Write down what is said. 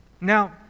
Now